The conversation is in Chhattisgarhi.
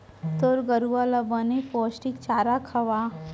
तोर गरूवा ल बने पोस्टिक चारा खवा